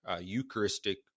Eucharistic